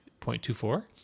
0.24